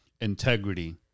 Integrity